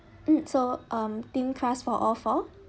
mm so um thin crust for all four